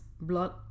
blood